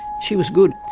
she was good.